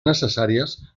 necessàries